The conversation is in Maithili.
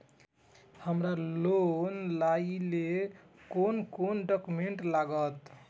हमरा लोन लाइले कोन कोन डॉक्यूमेंट लागत?